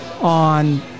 on